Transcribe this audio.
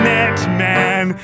Netman